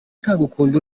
utagukunda